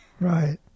Right